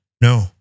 No